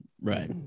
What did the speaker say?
right